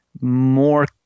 more